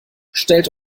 stellt